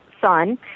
son